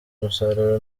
umusaruro